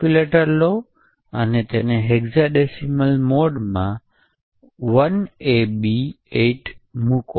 calculator લો તેને hexadecimal mode માં 1 એબી 8 મૂકો